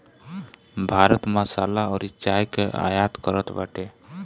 भारत मसाला अउरी चाय कअ आयत करत बाटे